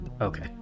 Okay